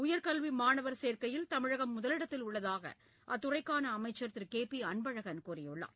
உயர்கல்வி மாணவர் சேர்க்கையில் தமிழகம் முதலிடத்தில் உள்ளதாக அத்துறைக்கான அமைச்சர் திரு கே பி அன்பழகன் கூறியுள்ளார்